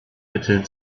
mitteln